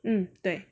嗯对